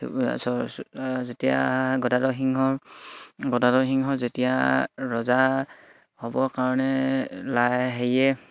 যেতিয়া গদাধৰ সিংহৰ গদাধৰ সিংহৰ যেতিয়া ৰজা হ'ব কাৰণে লাই হেৰিয়ে